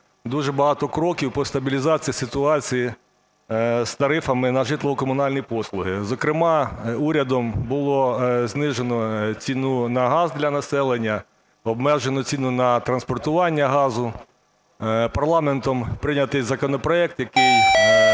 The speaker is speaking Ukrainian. дуже багато кроків по стабілізації ситуації з тарифами на житлово-комунальні послуги. Зокрема, урядом було знижено ціну на газ для населення, обмежено ціну на транспортування газу. Парламентом прийнятий законопроект, який